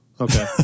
Okay